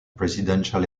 presidential